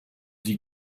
die